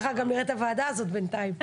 כך גם נראית הוועדה הזאת בינתיים.